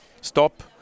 stop